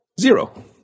zero